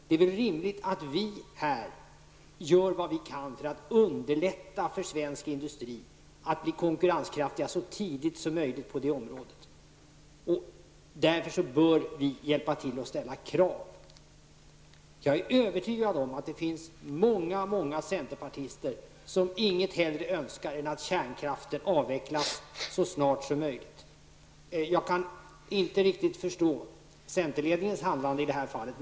Det är väl rimligt att vi här i riksdagen gör vad vi kan för att underlätta för svensk industri att bli konkurrenskraftig så tidigt som möjligt på detta område. Därför bör vi ställa krav. Jag är övertygad om att det finns många centerpartister som inget hellre önskar än att kärnkraften avvecklas så snart som möjligt. Jag kan inte riktigt förstå centerledningens handlande i det här fallet.